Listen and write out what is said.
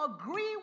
agree